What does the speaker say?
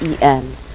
EN